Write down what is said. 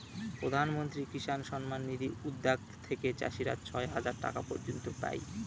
প্রধান মন্ত্রী কিষান সম্মান নিধি উদ্যাগ থেকে চাষীরা ছয় হাজার টাকা পর্য়ন্ত পাই